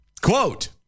Quote